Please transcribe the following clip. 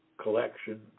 Collection